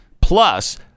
plus